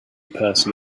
person